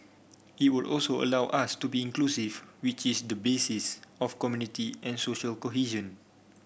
it would also allow us to be inclusive which is the basis of community and social cohesion